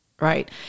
right